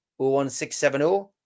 01670